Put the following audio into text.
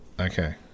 okay